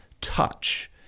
touch